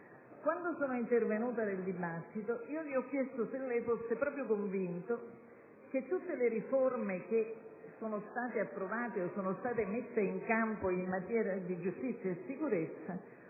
Quando sono intervenuta nel dibattito, le ho chiesto se lei fosse davvero convinto che tutte le riforme che sono stato approvate o messe in campo in materia di giustizia e sicurezza,